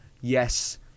yes